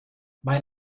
mein